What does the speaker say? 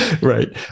right